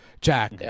Jack